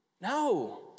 No